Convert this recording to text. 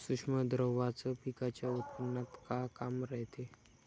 सूक्ष्म द्रव्याचं पिकाच्या उत्पन्नात का काम रायते?